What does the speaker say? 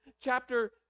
chapter